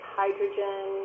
hydrogen